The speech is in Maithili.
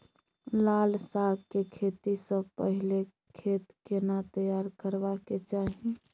लाल साग के खेती स पहिले खेत केना तैयार करबा के चाही?